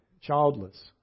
childless